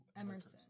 Emerson